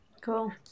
cool